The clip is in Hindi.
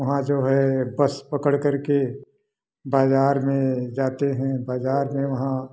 वहाँ जो है बस पकड़ करके बाजार में जाते हैं बाजार में वहाँ